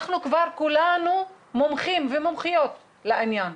אנחנו כבר כולנו מומחים ומומחיות לעניין,